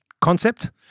concept